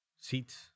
seats